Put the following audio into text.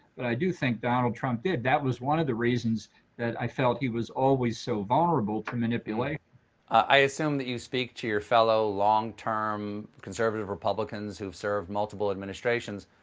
but i do think donald trump did. that was one of the reasons that i felt he was always so vulnerable to manipulation. stephen i assume that you speak to your fellow long-term conservative republicans who have served multiple administrations.